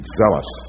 zealous